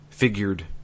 Figured